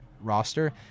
roster